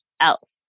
else